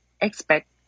expect